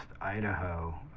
Idaho